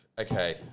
Okay